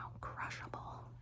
crushable